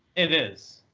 it is.